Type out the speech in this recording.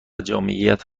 جامعیت